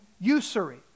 usury